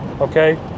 okay